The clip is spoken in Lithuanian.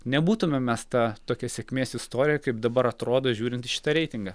nebūtumėm mes ta tokia sėkmės istorija kaip dabar atrodo žiūrint į šitą reitingą